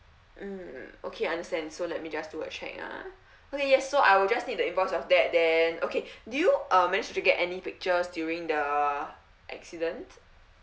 mm okay understand so let me just do a check ah yes so I will just need the invoice of that then okay do you uh managed to get any pictures during the accident